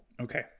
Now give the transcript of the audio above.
okay